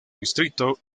distrito